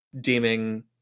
deeming